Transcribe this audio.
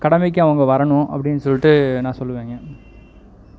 கடமைக்கு அவங்க வரணும் அப்படின்னு சொல்லிட்டு நான் சொல்வேங்க